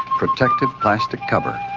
protective plastic cover,